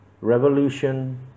revolution